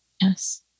yes